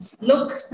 look